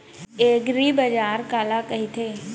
एगरीबाजार काला कहिथे?